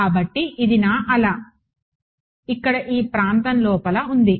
కాబట్టి ఇది నా అల ఇక్కడ ఈ ప్రాంతం లోపల ఉంది